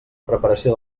preparació